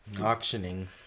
auctioning